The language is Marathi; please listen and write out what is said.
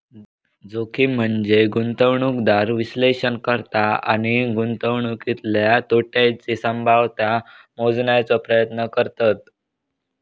जोखीम म्हनजे गुंतवणूकदार विश्लेषण करता आणि गुंतवणुकीतल्या तोट्याची संभाव्यता मोजण्याचो प्रयत्न करतत